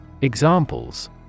Examples